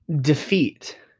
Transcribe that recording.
defeat